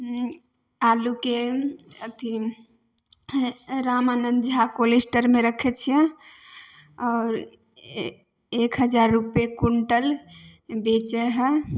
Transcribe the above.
आलूके अथी रामानन्द झा कोलेस्टरमे रखै छिए आओर एक हजार रुपैए क्विन्टल बेचै हइ